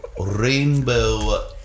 rainbow